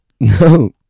no